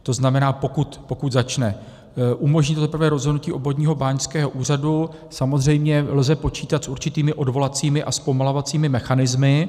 To znamená, pokud začne, umožní to za prvé rozhodnutí obvodního báňského úřadu, samozřejmě lze počítat s určitými odvolacími a zpomalovacími mechanismy.